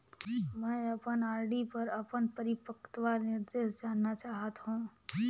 मैं अपन आर.डी पर अपन परिपक्वता निर्देश जानना चाहत हों